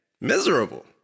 Miserable